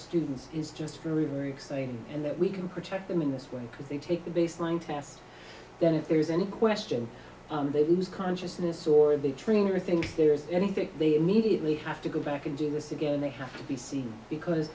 students is just really very exciting and that we can protect them in this way because they take the baseline test then if there's any question they lose consciousness or the training or think there is anything they immediately have to go back and do this again they have to be seen because